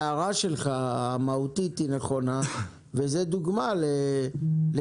אבל ההערה שלך המהותית היא נכונה וזה דוגמה לתיקון